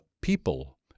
people